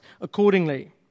accordingly